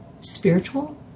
Spiritual